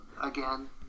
again